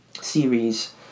series